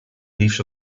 leaves